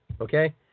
okay